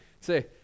say